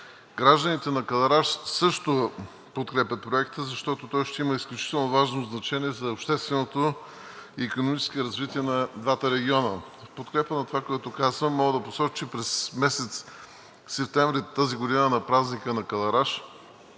Гражданите на Кълъраш също подкрепят проекта, защото той ще има изключително важно значение за общественото и икономическото развитие на двата региона. В подкрепа на това, което казвам, мога да посоча, че през месец септември тази година на празника на Кълъраш